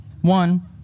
One